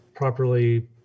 properly